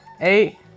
eight